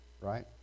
right